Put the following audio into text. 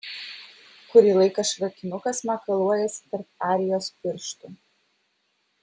kurį laiką šratinukas makaluojasi tarp arijos pirštų